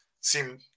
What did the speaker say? seem